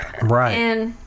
Right